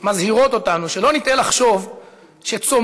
מזהירה אותנו שלא נטעה לחשוב שצומות